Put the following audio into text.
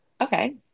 Okay